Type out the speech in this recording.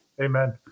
Amen